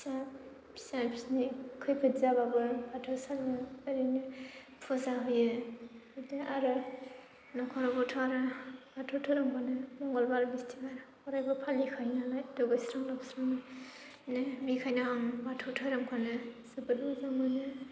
फिसा फिसा फिसौनि खैफोद जाबाबो बाथौसालियाव ओरैनो फुजा होयो बिदिनो आरो न'खरावबोथ' आरो बाथौ धोरोमखौनो मंगलबार बिस्थिबार अरायबो फालिखायो नालाय दुगैस्रां लोबस्रांनो बेखायनो आं बाथौ धोरोमखौनो जोबोद मोजां मोनो